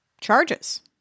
charges